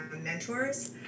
mentors